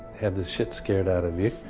have the shit scared out of you,